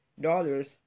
dollars